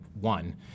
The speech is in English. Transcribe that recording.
one